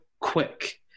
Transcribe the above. quick